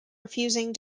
refusing